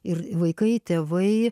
ir vaikai tėvai